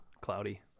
cloudy